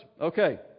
Okay